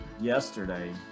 yesterday